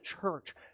church